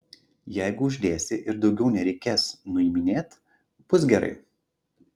jeigu uždėsi ir daugiau nereikės nuiminėt bus gerai